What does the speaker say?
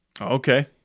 Okay